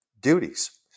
duties